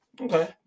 okay